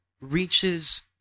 reaches